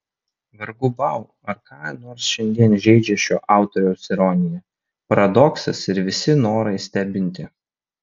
vargu bau ar ką nors šiandien žeidžia šio autoriaus ironija paradoksas ir visi norai stebinti